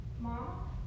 Mom